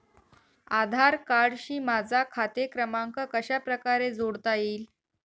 आधार कार्डशी माझा खाते क्रमांक कशाप्रकारे जोडता येईल?